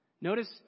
Notice